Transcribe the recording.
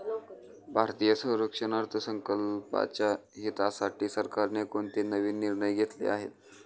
भारतीय संरक्षण अर्थसंकल्पाच्या हितासाठी सरकारने कोणते नवीन निर्णय घेतले आहेत?